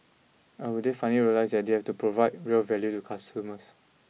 or will they finally realise that they have to provide real value to consumers